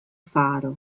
faro